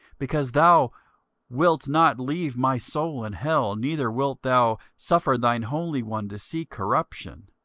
because thou wilt not leave my soul in hell, neither wilt thou suffer thine holy one to see corruption.